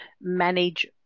manage